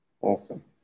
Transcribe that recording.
Awesome